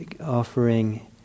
offering